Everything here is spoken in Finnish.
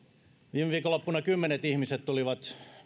viime viikonloppuna kymmenet ihmiset tulivat